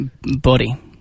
body